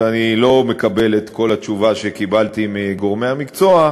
ואני לא מקבל את כל התשובה שקיבלתי מגורמי המקצוע,